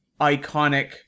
iconic